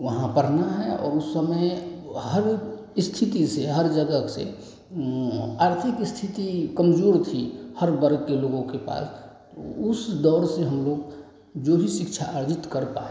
वहाँ पढ़ना है और उस समय हर स्थिति से हर जगह से आर्थिक स्थिति कमज़ोर थी हर वर्ग के लोगों के पास उस दौर से हमलोग जो भी शिक्षा अर्जित कर पाए